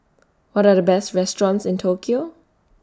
What Are The Best restaurants in Tokyo